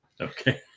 Okay